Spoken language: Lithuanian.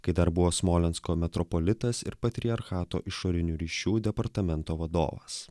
kai dar buvo smolensko metropolitas ir patriarchato išorinių ryšių departamento vadovas